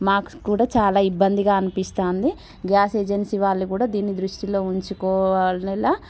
మాకు కూడా చాలా ఇబ్బందిగా అనిపిస్తుంది గ్యాస్ ఏజెన్సీ వాళ్ళు కూడా దీన్ని దృష్టిలో ఉంచుకొవాలి